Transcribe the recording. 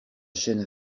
chaîne